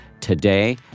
today